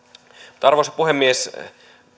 arvoisa puhemies